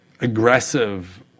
aggressive